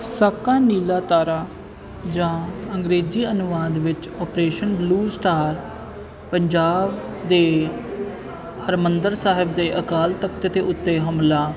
ਸਾਕਾ ਨੀਲਾ ਤਾਰਾ ਜਾਂ ਅੰਗਰੇਜ਼ੀ ਅਨੁਵਾਦ ਵਿੱਚ ਓਪਰੇਸ਼ਨ ਬਲੂ ਸਟਾਰ ਪੰਜਾਬ ਦੇ ਹਰਿਮੰਦਰ ਸਾਹਿਬ ਦੇ ਅਕਾਲ ਤਖ਼ਤ 'ਤੇ ਉੱਤੇ ਹਮਲਾ